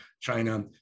China